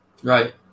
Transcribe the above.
Right